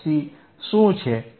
fC શું છે